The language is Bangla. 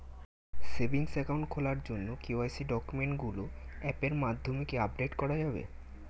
সেভিংস একাউন্ট খোলার জন্য কে.ওয়াই.সি ডকুমেন্টগুলো অ্যাপের মাধ্যমে কি আপডেট করা যাবে?